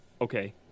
Okay